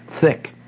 thick